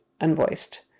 unvoiced